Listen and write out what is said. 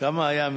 כמה היה,